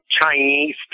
Chinese